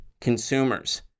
consumers